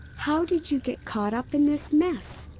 how did you get caught up in this mess?